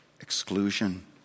exclusion